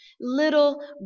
little